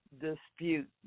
dispute